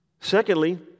Secondly